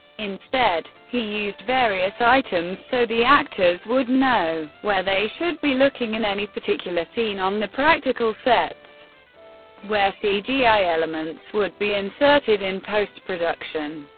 instead, he used various items so the actors would know where they should be looking in any particular scene on the practical sets where cgi elements would be inserted in post-production.